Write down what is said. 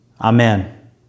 Amen